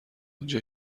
اونجا